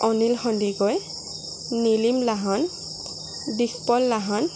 Anil Sandikoi Nilim Lahon Dishpal Lahon